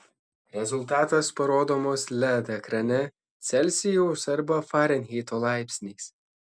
rezultatas parodomas led ekrane celsijaus arba farenheito laipsniais